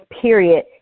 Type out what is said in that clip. period